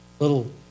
Little